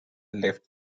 left